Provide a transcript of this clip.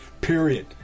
Period